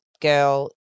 girl